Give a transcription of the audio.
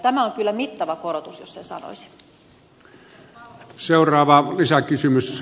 tämä on kyllä mittava korotus jos en sanoisi